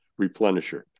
replenisher